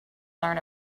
learn